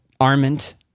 Arment